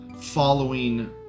following